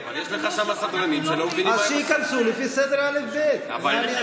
אנחנו לפי סדר האל"ף-בי"ת.